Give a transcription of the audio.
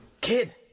Kid